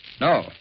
No